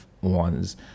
ones